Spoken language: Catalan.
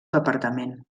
departament